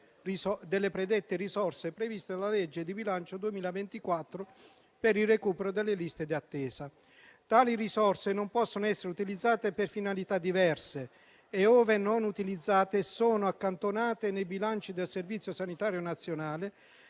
delle predette risorse previste dalla legge di bilancio 2024 per il recupero delle liste d'attesa. Tali risorse non possono essere utilizzate per finalità diverse e, ove non utilizzate, sono accantonate nei bilanci del Servizio sanitario nazionale